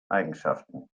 eigenschaften